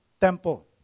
temple